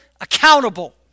accountable